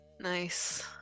Nice